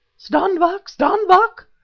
stand back! stand back!